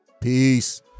Peace